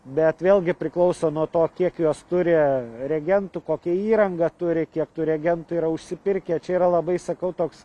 bet vėlgi priklauso nuo to kiek jos turi reagentų kokią įrangą turi kiek tų reagentų yra užsipirkę čia yra labai sakau toks